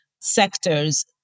sectors